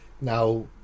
Now